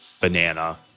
banana